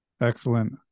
Excellent